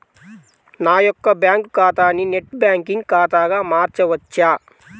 నా యొక్క బ్యాంకు ఖాతాని నెట్ బ్యాంకింగ్ ఖాతాగా మార్చవచ్చా?